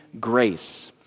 grace